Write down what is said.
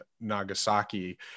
Nagasaki